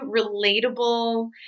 relatable